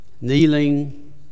Kneeling